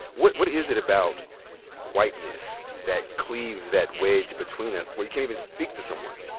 what what is it about whiteness that cleaves that wedge between us where you can't even speak to someone,